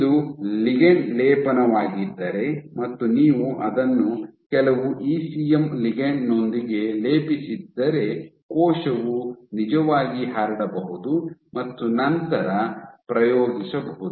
ಇದು ಲಿಗಂಡ್ ಲೇಪನವಾಗಿದ್ದರೆ ಮತ್ತು ನೀವು ಅದನ್ನು ಕೆಲವು ಇಸಿಎಂ ಲಿಗಂಡ್ ನೊಂದಿಗೆ ಲೇಪಿಸಿದ್ದರೆ ಕೋಶವು ನಿಜವಾಗಿ ಹರಡಬಹುದು ಮತ್ತು ನಂತರ ಪ್ರಯೋಗಿಸಬಹುದು